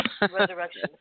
resurrection